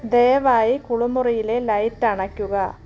ദയവായി കുളിമുറിയിലെ ലൈറ്റണയ്ക്കുക